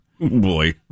Boy